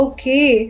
Okay